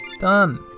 Done